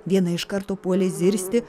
viena iš karto puolė zirzti